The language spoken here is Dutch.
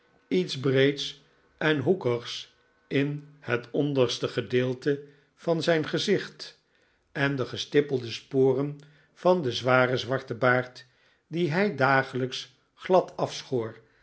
lets breeds en hoekigs in het onderste gedeelte van zijn gezicht en de gestippelde sporen van den zwaren zwarten baard dien hij dagelijks glad afschoor